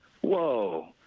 Whoa